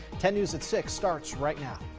ten news at six starts right now.